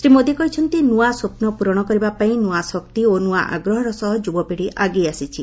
ଶ୍ରୀ ମୋଦି କହିଛନ୍ତି ନୂଆ ସ୍ୱପ୍ନ ପୂରଣ କରିବାପାଇଁ ନୂଆ ଶକ୍ତି ଓ ନୂଆ ଆଗ୍ରହର ସହ ଯୁବପିଢ଼ି ଆଗେଇ ଆସିଛି